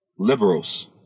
Liberals